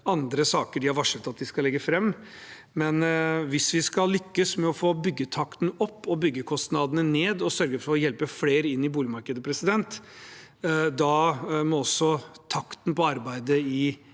andre saker de har varslet at de skal legge fram. Hvis vi skal lykkes med å få byggetakten opp, byggekostnadene ned og sørge for å hjelpe flere inn i boligmarkedet, må også takten på arbeidet i